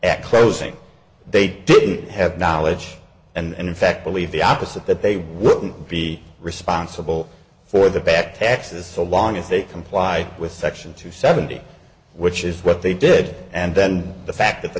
at closing they didn't have knowledge and in fact believe the opposite that they wouldn't be responsible for the back taxes so long as they comply with section two seventy which is what they did and then the fact that the